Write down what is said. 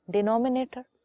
Denominator